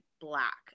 black